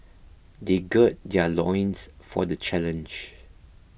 they gird their loins for the challenge